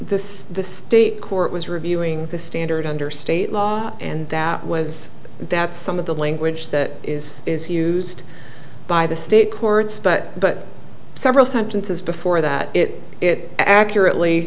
this the state court was reviewing the standard under state law and that was that some of the language that is is used by the state courts but several sentences before that it it accurately